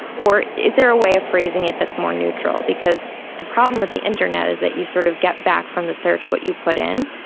or is there a way of phrasing it that's more neutral? because the problem with the internet is that you sort of get back from the search what you put in.